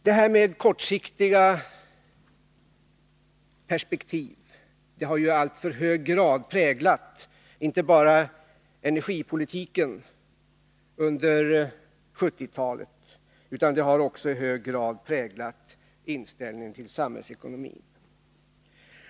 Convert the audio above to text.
Kortsiktiga perspektiv har under 1970-talet i alltför hög grad präglat inte bara energipolitiken utan också inställningen till samhällsekonomin.